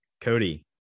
Cody